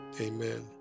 Amen